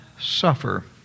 suffer